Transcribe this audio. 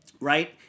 right